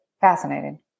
fascinating